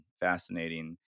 fascinating